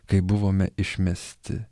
kai buvome išmesti